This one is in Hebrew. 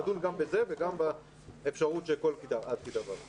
נדון גם בזה וגם באפשרות שכל כיתה עד כיתה ו'.